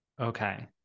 Okay